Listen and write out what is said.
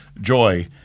joy